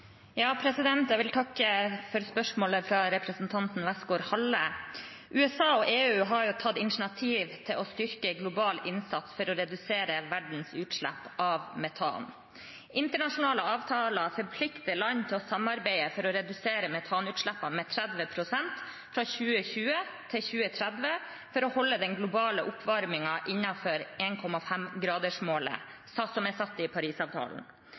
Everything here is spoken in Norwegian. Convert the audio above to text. Jeg vil takke for spørsmålet fra representanten Westgaard-Halle. USA og EU har tatt initiativ til en styrket global innsats for å redusere verdens utslipp av metan. Internasjonale avtaler forplikter land til å samarbeide for å redusere metanutslippene med 30 pst. fra 2020 til 2030 for å holde den globale oppvarmingen innenfor 1,5-gradersmålet som er satt i Parisavtalen.